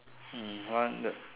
hmm one the